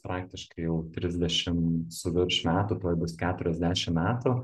praktiškai jau trisdešim su virš metų tuoj bus keturiasdešim metų